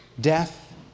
death